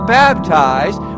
baptized